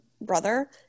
brother